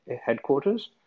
headquarters